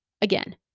again